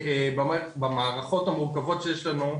במערכות המורכבות שיש לנו,